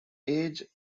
age